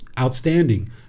Outstanding